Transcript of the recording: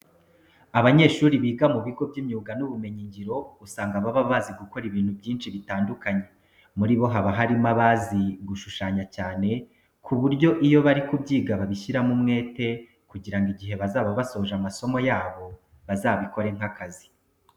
Abanyeshuri biga mu bigo by'imyuga n'ubumenyingiro usanga baba bazi gukora ibintu byinshi bitandukanye. Muri bo haba harimo abazi gushushanya cyane ku buryo iyo bari kubyiga babishyiramo umwete kugira ngo igihe bazaba basoje amasomo yabo bazabikore nk'akazi.